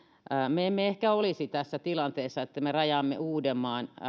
me emme ehkä olisi tässä tilanteessa että me rajaamme uudenmaan